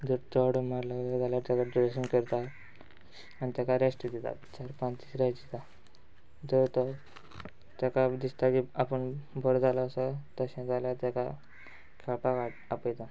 जर चड मारलो जाल्यार ताका ड्रेसींन करता आनी ताका रेस्ट दिता चार पांच दीस रेस्ट दिता जर तो ताका दिसता की आपूण बरो जालो असो तशें जाल्यार ताका खेळपाक वाड आपयता